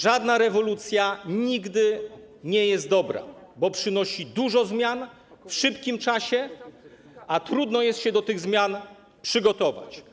Żadna rewolucja nigdy nie jest dobra, bo przynosi dużo zmian, w szybkim czasie, a trudno jest się do nich przygotować.